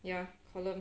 ya column